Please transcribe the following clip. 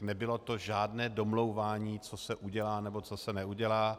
Nebylo to žádné domlouvání, co se udělá nebo co se neudělá.